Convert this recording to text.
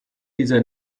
dieser